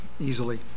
easily